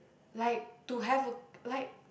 like to have a like